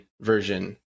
version